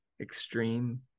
extreme